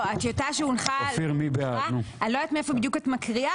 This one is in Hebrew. אני לא יודעת בדיוק מאיפה את מקריאה,